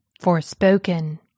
Forspoken